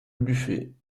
buffet